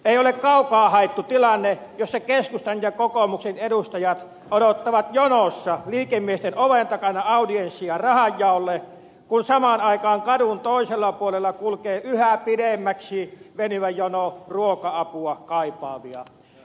ei ole kaukaa haettu tilanne jossa keskustan ja kokoomuksen edustajat odottavat jonossa liikemiesten oven takana audienssia rahanjaolle kun samaan aikaan kadun toisella puolella kulkee yhä pidemmäksi venyvä jono ruoka apua kaipaavia